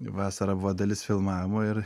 vasarą buvo dalis filmavimo ir